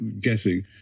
guessing